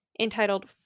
entitled